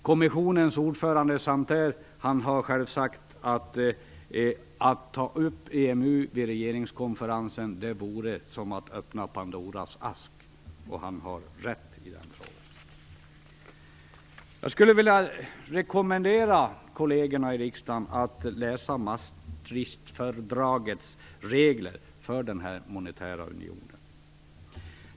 Kommissionens ordförande Santer har själv sagt att det vore som att öppna Pandoras ask att ta upp EMU på regeringskonferensen, och han har rätt i den frågan. Jag skulle vilja rekommendera kollegerna i riksdagen att läsa Maastrichtfördragets regler för den monetära unionen.